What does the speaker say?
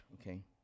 okay